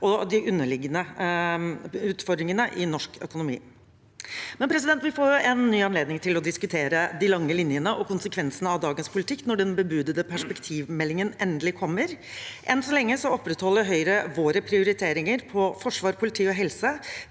og de underliggende utfordringene i norsk økonomi. Vi får en ny anledning til å diskutere de lange linjene og konsekvensene av dagens politikk når den bebudede perspektivmeldingen endelig kommer. Enn så lenge opprettholder vi i Høyre våre prioriteringer på forsvar, politi og helse